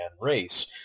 race